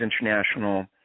international